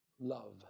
Love